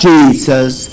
Jesus